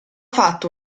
fatta